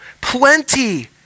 plenty